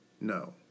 No